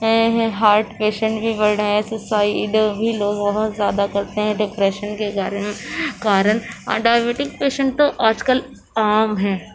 heart patient بھی بڑھ رہے ہیں سوسائیڈ بھی لوگ بہت زیادہ کرتے ہیں ڈپریشن کے کارن اور ڈائبیٹک پیشنٹ تو آج کل عام ہے